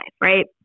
right